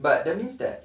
but that means that